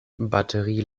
batterie